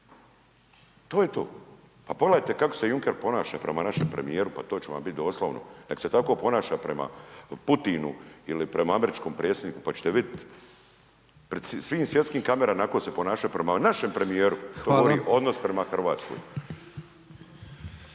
to je to. Pa pogledajte kako se Juncker ponaša prema našem premijeru, pa to će vam biti doslovno, neka se tako ponaša prema Putinu ili prema američkom predsjedniku pa ćete vidjeti pred svim svjetskim kamerama, onako se ponaša prema našem premijeru, to govori odnos prema Hrvatskoj.